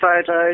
photos